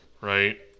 right